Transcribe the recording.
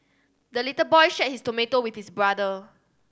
the little boy shared his tomato with his brother